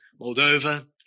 Moldova